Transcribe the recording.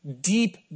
deep